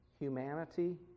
humanity